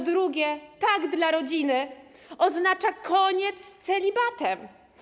A po drugie, „tak dla rodziny” oznacza koniec z celibatem.